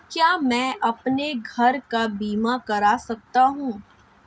क्या मैं अपने घर का बीमा करा सकता हूँ?